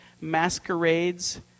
masquerades